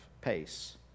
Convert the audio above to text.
pace